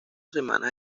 semanas